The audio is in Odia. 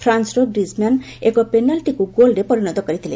ଫ୍ରାନ୍ନର ଗ୍ରିଜମ୍ୟାନ ଏକ ପେନାଲଟିକୁ ଗୋଲରେ ପରିଣତ କରିଥିଲେ